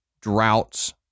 droughts